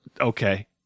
Okay